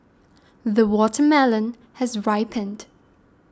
the watermelon has ripened